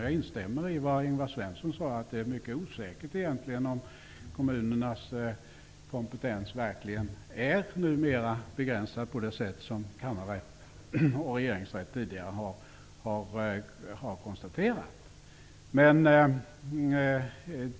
Jag instämmer i vad Ingvar Svensson sade, att det egentligen är mycket osäkert om kommunernas kompetens numera verkligen är begränsad på det sätt som kammarrätten och regeringsrätten tidigare har konstaterat.